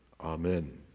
Amen